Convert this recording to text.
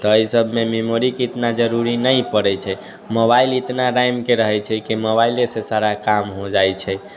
तऽ अइ सबमे मेमोरीके उतना जरुरी नहि पड़ै छै मोबाइल इतना रैम के रहै छै कि मोबाइलेसँ सारा काम हो जाइ छै